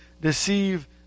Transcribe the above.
deceive